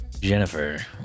Jennifer